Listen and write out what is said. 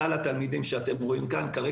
כלל התלמידים שאתם רואים כאן,